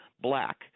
black